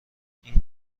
این